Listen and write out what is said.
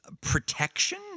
protection